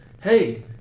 hey